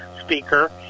speaker